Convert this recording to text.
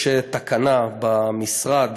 יש תקנה במשרד